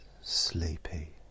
sleepy